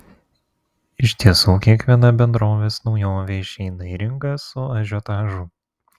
iš tiesų kiekviena bendrovės naujovė išeina į rinką su ažiotažu